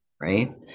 Right